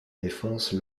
défense